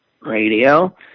radio